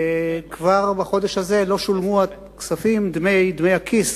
כבר בחודש הזה לא שולמו דמי הכיס